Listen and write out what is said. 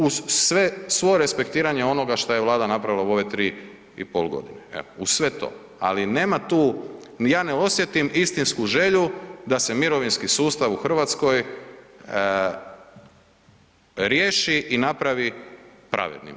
Uz svo respektiranje onoga što je Vlada napravila u ove 3,5 g., evo, uz sve to, ali nema tu, ja ne osjetim istinsku želju da se mirovinski sustav u Hrvatskoj riješi i napravi pravednim.